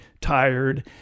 tired